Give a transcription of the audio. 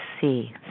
see